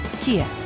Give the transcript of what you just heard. Kia